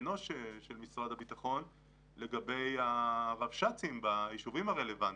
אנוש של משרד הביטחון לגבי הרבש"צים בישובים הרלוונטיים.